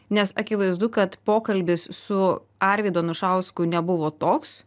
nes akivaizdu kad pokalbis su arvydu anušausku nebuvo toks